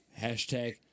Hashtag